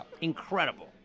Incredible